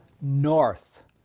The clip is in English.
north